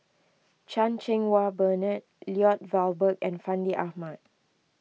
Chan Cheng Wah Bernard Lloyd Valberg and Fandi Ahmad